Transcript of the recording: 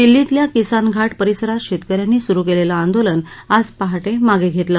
दिल्लीतल्या किसान घाट परिसरात शेतक यांनी सुरु केलेल आंदोलन आज पहाटे माग घेतलं